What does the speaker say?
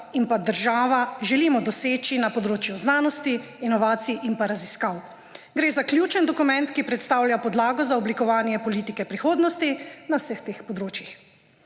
in država želimo doseči na področju znanosti, inovacij in raziskav. Gre za ključen dokument, ki predstavlja podlago za oblikovanje politike prihodnosti na vseh teh področjih.